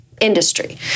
industry